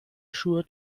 jour